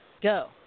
go